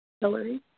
Hillary